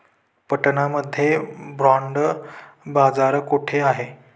पटना मध्ये बॉंड बाजार कुठे आहे?